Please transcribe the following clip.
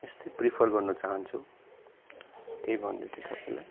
यस्तै प्रिफर गर्न चाहन्छु त्यही भन्दै थिएँ तपाईँलाई